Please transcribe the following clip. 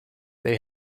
they